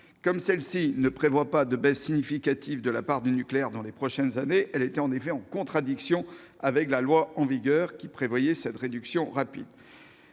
Comme la PPE ne prévoit pas de baisse significative de la part du nucléaire dans les prochaines années, elle entrait en effet en contradiction avec la loi en vigueur, laquelle imposait la réduction rapide